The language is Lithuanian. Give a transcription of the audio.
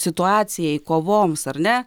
situacijai kovoms ar ne